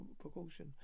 precaution